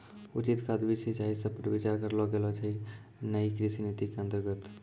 उचित खाद, बीज, सिंचाई सब पर विचार करलो गेलो छै नयी कृषि नीति के अन्तर्गत